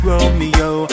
Romeo